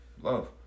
Love